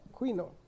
Quino